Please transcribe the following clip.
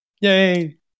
Yay